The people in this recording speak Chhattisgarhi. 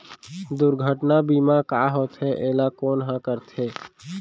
दुर्घटना बीमा का होथे, एला कोन ह करथे?